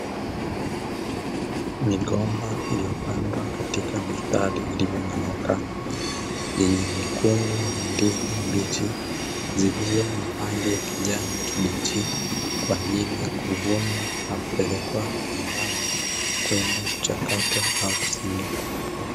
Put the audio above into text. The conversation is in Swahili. Migomba iliyopandwa katika mistari iliyonyooka, yenye mikungu ya ndizi mbichi zilizo na rangi ya kijani kibichi kwa ajili ya kuvunwa na na kupelekwa kiwandani kwenda kuchakatwa au kusindikwa.